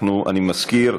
אני מזכיר,